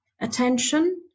Attention